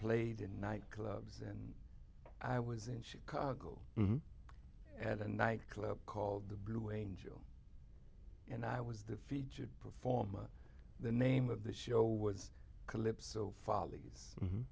played in nightclubs and i was in chicago at a nightclub called the blue angel and i was the featured performer the name of the show was calypso follies